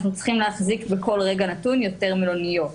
צריכים להחזיק בכל רגע נתון יותר מלוניות.